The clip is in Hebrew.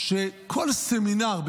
שכל סמינר,